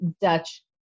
Dutch